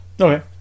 Okay